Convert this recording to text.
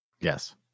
Yes